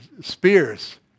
spears